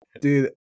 Dude